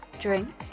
Drink